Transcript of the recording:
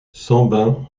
sambin